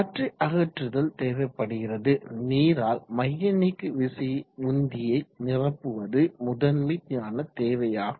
காற்றை அகற்றுதல் தேவைப்படுகிறது நீரால் மைய நீக்க விசை உந்தியை நிரப்புவது முதன்மையான தேவையாகும்